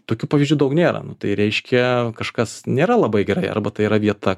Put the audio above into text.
tokių pavyzdžių daug nėra tai reiškia kažkas nėra labai gerai arba tai yra vieta